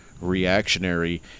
reactionary